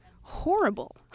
horrible